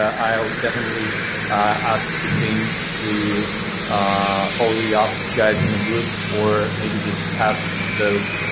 i'll definitely ask the team to follow you up, guys in the group, or maybe just pass those